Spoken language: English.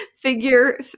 figure